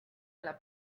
alla